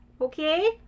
okay